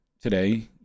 today